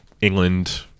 England